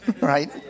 right